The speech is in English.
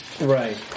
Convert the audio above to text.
Right